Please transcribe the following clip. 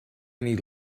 many